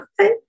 okay